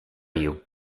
you